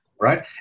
right